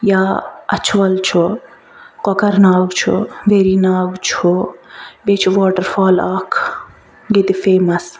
یا اَچھول چھُ کۄکرناگ چھُ ویری ناگ چھُ بیٚیہِ چھُ واٹرفال اَکھ ییٚتہِ فیمَس